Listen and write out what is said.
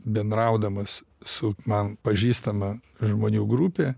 bendraudamas su man pažįstama žmonių grupe